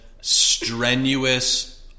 strenuous